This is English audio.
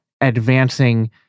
advancing